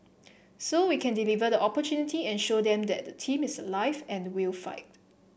so we can deliver the opportunity and show them that the team is alive and will fight